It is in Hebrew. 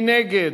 מי נגד?